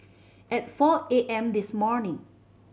at four A M this morning